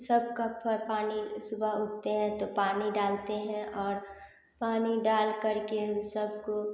सब का फर पानी सुबा उठते हैं तो पानी डालते हैं और पानी डाल कर के उन सबको